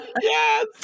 yes